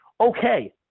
Okay